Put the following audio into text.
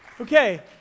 okay